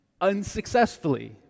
unsuccessfully